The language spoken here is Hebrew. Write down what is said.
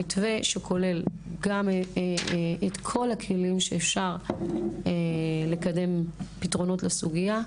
מתווה שכולל גם את כל הכלים שאפשר לקדם פתרונות לסוגיה,